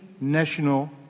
national